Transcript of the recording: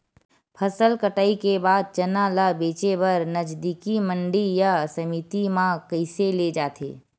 फसल कटाई के बाद चना ला बेचे बर नजदीकी मंडी या समिति मा कइसे ले जाथे?